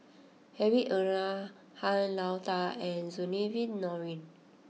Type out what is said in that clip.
Hedwig Anuar Han Lao Da and Zainudin Nordin